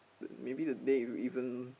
the maybe the name isn't